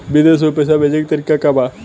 विदेश में पैसा भेजे के तरीका का बा?